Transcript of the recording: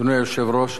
אדוני היושב-ראש,